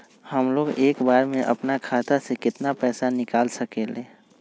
हमलोग एक बार में अपना खाता से केतना पैसा निकाल सकेला?